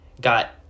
got